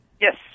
Yes